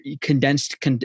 condensed